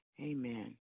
Amen